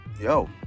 yo